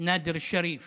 נאדר שריף